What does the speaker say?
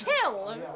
chill